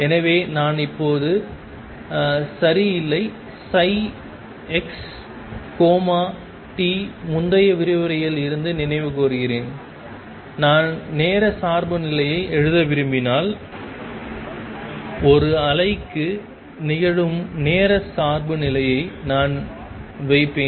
எனவே நான் இப்போது சரி இல்லை சை x கோமா t முந்தைய விரிவுரையில் இருந்து நினைவு கூர்கிறேன் நான் நேர சார்புநிலையை எழுத விரும்பினால் ஒரு அலைக்கு நிகழும் நேர சார்புநிலையை நான் வைப்பேன்